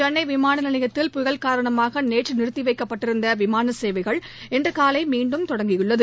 சென்னை விமான நிலையத்தில் புயல் காரணமாக நேற்று நிறுத்தி வைக்கப்பட்டிருந்த விமான சேவைகள் இன்று காலை மீண்டும் தொடங்கியுள்ளது